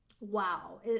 Wow